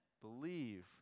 Believe